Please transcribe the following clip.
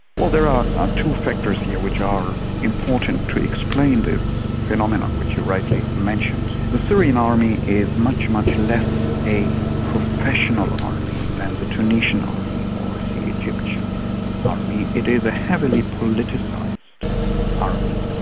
well, there are ah two factors here which are important to explain this phenomenon which you rightly mentioned. the syrian army is much, much less a professional army than the tunisian army or the egyptian army. it is a heavily politicised army.